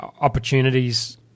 opportunities